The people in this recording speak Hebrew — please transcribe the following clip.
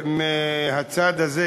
מהצד הזה,